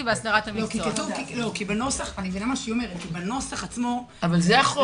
אני מבינה מה שהיא אומרת כי בנוסח עצמו -- אבל זה החוק.